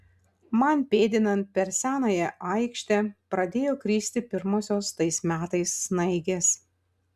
man pėdinant per senąją aikštę pradėjo kristi pirmosios tais metais snaigės